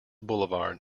boulevard